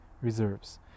reserves